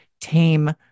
tame